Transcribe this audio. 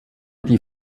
die